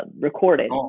recorded